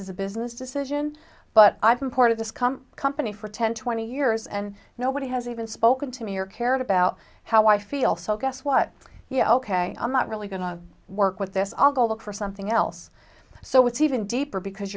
is a business decision but i've been part of this come company for ten twenty years and nobody has even spoken to me or cared about how i feel so guess what yeah ok i'm not really going to work with this i'll go look for something else so it's even deeper because